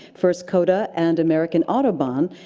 first coda and american autobahn,